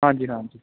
ਹਾਂਜੀ ਹਾਂਜੀ